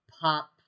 pop